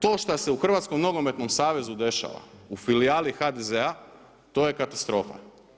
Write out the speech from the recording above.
To što se u Hrvatskom nogometnom savezu dešava, u filijali HDZ-a, to je katastrofa.